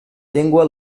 llengua